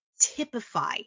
typify